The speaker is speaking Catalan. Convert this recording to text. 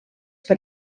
per